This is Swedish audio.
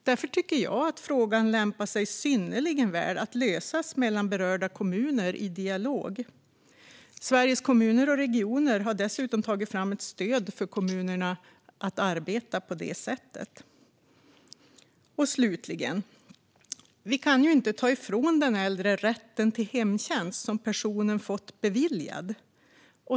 Därför tycker jag att frågan lämpar sig synnerligen väl för att lösas mellan berörda kommuner i dialog. Sveriges Kommuner och Regioner har dessutom tagit fram ett stöd för kommunerna för att arbeta på det sättet. Slutligen kan vi inte ta ifrån den äldre den rätt till hemtjänst som personen fått beviljad.